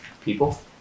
people